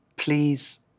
Please